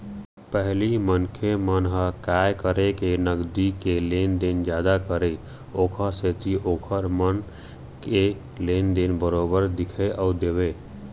पहिली मनखे मन ह काय करय के नगदी के लेन देन जादा करय ओखर सेती ओखर मन के लेन देन बरोबर दिखउ नइ देवय